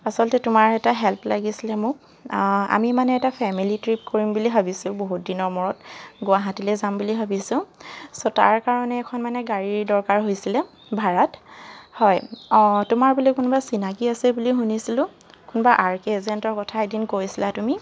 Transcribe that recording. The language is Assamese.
আচলতে তোমাৰ এটা হেল্প লাগিছিলে মোক আমি মানে এটা ফেমিলি ট্ৰিপ কৰিম বুলি ভাবিছোঁ বহুত দিনৰ মূৰত গুৱাহাটীলৈ যাম বুলি ভাবিছোঁ ছ' তাৰ কাৰণে এখন মানে গাড়ীৰ দৰকাৰ হৈছিলে ভাড়াত হয় তোমাৰ বোলে কোনোবা চিনাকী আছে বুলি শুনিছিলোঁ কোনোবা আৰ কে এজেণ্টৰ কথা এদিন কৈছিলা তুমি